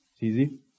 easy